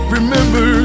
Remember